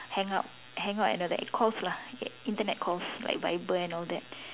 hangout hangout another it calls lah Internet calls like viber and all that